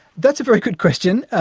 that's a very good question.